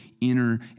inner